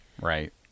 right